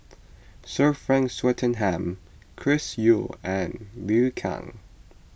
Sir Frank Swettenham Chris Yeo and Liu Kang